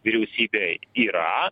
vyriausybė yra